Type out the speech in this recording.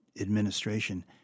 administration